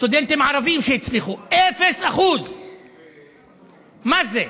סטודנטים ערבים שהצליחו, 0%. מה זה,